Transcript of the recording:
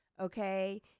okay